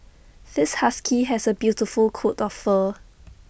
this husky has A beautiful coat of fur